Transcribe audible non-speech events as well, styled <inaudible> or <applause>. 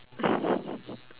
<laughs>